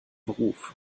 beruf